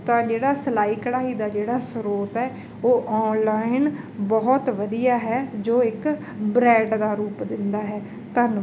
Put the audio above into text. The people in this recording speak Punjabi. ਤਾਂ ਜਿਹੜਾ ਸਿਲਾਈ ਕਢਾਈ ਦਾ ਜਿਹੜਾ ਸਰੋਤ ਹੈ ਉਹ ਆਨਲਾਈਨ ਬਹੁਤ ਵਧੀਆ ਹੈ ਜੋ ਇੱਕ ਬ੍ਰੈਂਡ ਦਾ ਰੂਪ ਦਿੰਦਾ ਹੈ ਧੰਨ